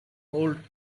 old